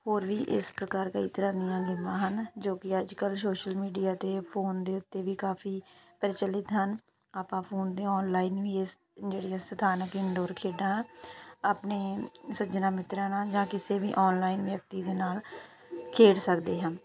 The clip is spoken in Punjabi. ਹੋਰ ਵੀ ਇਸ ਪ੍ਰਕਾਰ ਕਈ ਤਰ੍ਹਾਂ ਦੀਆਂ ਗੇਮਾਂ ਹਨ ਜੋ ਕਿ ਅੱਜ ਕੱਲ ਸੋਸ਼ਲ ਮੀਡੀਆ 'ਤੇ ਫੋਨ ਦੇ ਉੱਤੇ ਵੀ ਕਾਫੀ ਪ੍ਰਚੱਲਿਤ ਹਨ ਆਪਾਂ ਫੋਨ 'ਤੇ ਅੋਨਲਾਈਨ ਵੀ ਇਸ ਜਿਹੜੀਆਂ ਸਥਾਨਕ ਇੰਡੋਰ ਖੇਡਾਂ ਆਪਣੇ ਸੱਜਣਾਂ ਮਿੱਤਰਾਂ ਨਾਲ ਜਾਂ ਕਿਸੇ ਵੀ ਅੋਨਲਾਈਨ ਵਿਅਕਤੀ ਦੇ ਨਾਲ ਖੇਡ ਸਕਦੇ ਹਾਂ